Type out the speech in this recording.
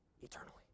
eternally